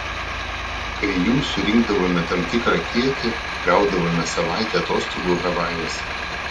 kai jų surinkdavome tam tikrą kiekį gaudavome savaitę atostogų havajuose